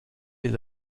les